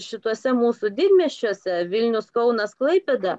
šituose mūsų didmiesčiuose vilnius kaunas klaipėda